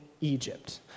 Egypt